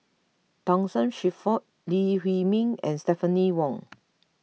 Thomas Shelford Lee Huei Min and Stephanie Wong